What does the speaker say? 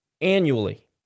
annually